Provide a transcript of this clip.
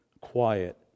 quiet